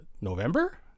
November